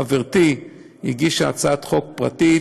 חברתי הגישה הצעת חוק פרטית,